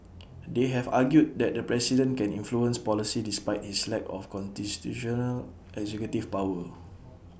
they have argued that the president can influence policy despite his lack of constitutional executive power